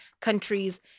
countries